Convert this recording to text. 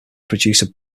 producer